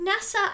NASA